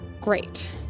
Great